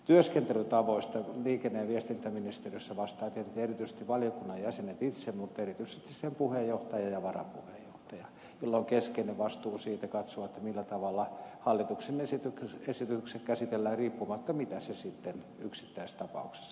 työskentelytavoista liikenne ja viestintävaliokunnassa vastaavat tietysti erityisesti valiokunnan jäsenet itse mutta erityisesti sen puheenjohtaja ja varapuheenjohtaja joilla on keskeinen vastuu katsoa millä tavalla hallituksen esitykset käsitellään riippumatta siitä mitä asia sitten yksittäistapauksissa koskee